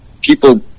people